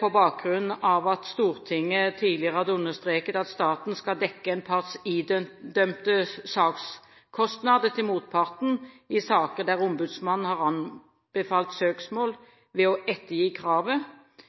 På bakgrunn av at Stortinget tidligere hadde understreket at staten skal dekke en parts idømte sakskostnader til motparten i saker der ombudsmannen har anbefalt søksmål